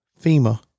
fema